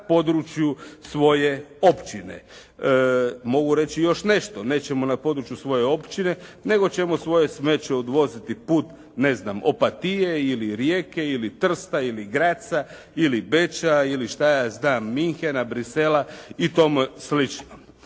na području svoje općine. Mogu reći još nešto. Nećemo na području svoje općine, nego ćemo svoje smeće odvoziti put ne znam Opatije ili Rijeke ili Trsta ili Graca ili Beča ili šta ja znam Minchena, Bruxellesa i tome slično.